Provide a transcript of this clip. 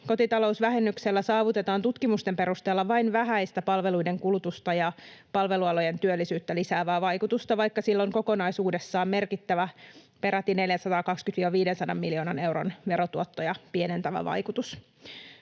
kotitalousvähennyksellä saavutetaan tutkimusten perusteella vain vähäistä palveluiden kulutusta ja palvelualojen työllisyyttä lisäävää vaikutusta, vaikka sillä on kokonaisuudessaan merkittävä, peräti 420—500 miljoonan euron verotuottoja pienentävä vaikutus.